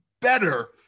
better